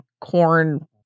corn